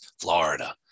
Florida